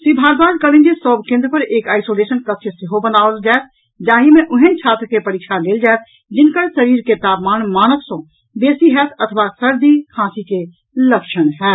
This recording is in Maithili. श्री भारद्वाज कहलनि जे सभ केन्द्र पर एक आईसोलेशन कक्ष सेहो बनाओल जायत जाहि मे ओहेन छात्र के परीक्षा लेल जायत जिनकर शरीर के तापमान मानक सँ बेसी होयत अथवा सर्दी खांसी के लक्षण होयत